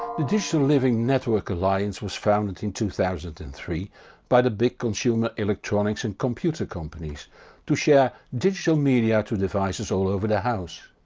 the digital living network alliance was founded in two thousand and three by the big consumer electronics and computer companies to share digital media to devices all over the house.